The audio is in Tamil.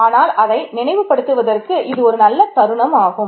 ஆனால் அதை நினைவு படுத்துவதற்கு ஒரு நல்ல தருணம் ஆகும்